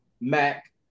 Mac